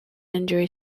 injury